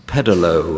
Pedalo